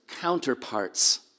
counterparts